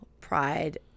pride